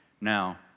Now